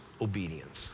obedience